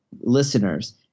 listeners